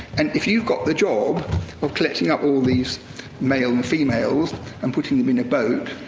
and if you've got the job of collecting up all these male and females and putting them in a boat,